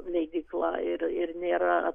leidykla ir ir nėra